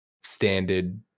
standard